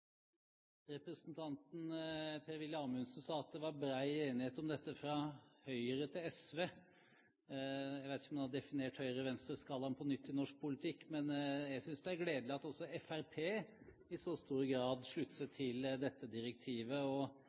Representanten Per-Willy Amundsen sa at det var bred enighet om dette fra Høyre til SV. Jeg vet ikke om han har definert høyre-venstre-skalaen på nytt i norsk politikk, men jeg synes det er gledelig at også Fremskrittspartiet i så stor grad slutter seg til dette direktivet.